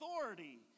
authority